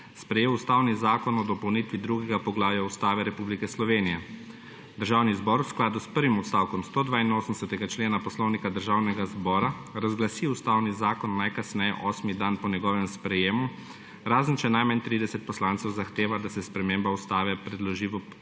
sprejel Ustavni zakon o dopolnitvi II. poglavja Ustave Republike Slovenije. Državni zbor v skladu s prvim odstavkom 182. člena Poslovnika Državnega zbora razglasi ustavni zakon najkasneje osmi dan po njegovem sprejetju, razen če najmanj 30 poslancev zahteva, da se sprememba ustave predloži v